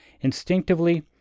instinctively